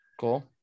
Cool